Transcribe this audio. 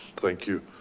thank you.